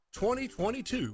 2022